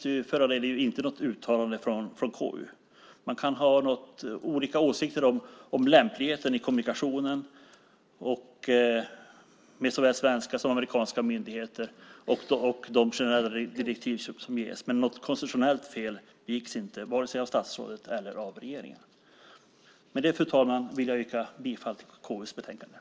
Det föranleder inget uttalande från KU. Man kan ha olika åsikter om lämpligheten i kommunikationen med såväl svenska som amerikanska myndigheter och de generella direktiv som ges, men något konstitutionellt fel begicks inte av vare sig statsrådet eller regeringen. Med det, fru talman, yrkar jag på godkännande av utskottets anmälan.